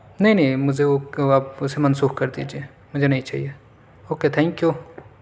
نہیں نہیں مجھے اسے منسوخ کر دیجئے مجھے نہیں چاہیے اوکے تھینک یو